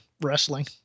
wrestling